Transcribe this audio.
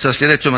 sa sljedećom